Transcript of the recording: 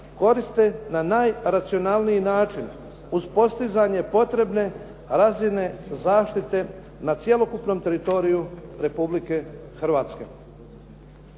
koriste na najracionalniji način uz postizanje potrebne razine zaštite na cjelokupnom teritoriju Republike Hrvatske.